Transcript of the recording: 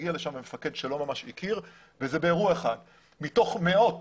הגיע לשם מפקד שלא ממש הכיר וזה קרה באירוע אחד מתוך מאות